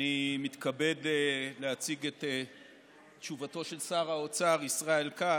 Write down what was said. אני מתכבד להציג את תשובתו של שר האוצר ישראל כץ.